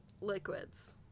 liquids